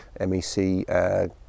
MEC